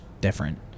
different